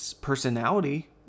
personality